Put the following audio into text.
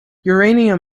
uranium